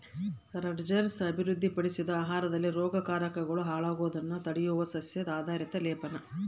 Rutgers ಅಭಿವೃದ್ಧಿಪಡಿಸಿದ ಆಹಾರದಲ್ಲಿ ರೋಗಕಾರಕಗಳು ಹಾಳಾಗೋದ್ನ ತಡೆಯುವ ಸಸ್ಯ ಆಧಾರಿತ ಲೇಪನ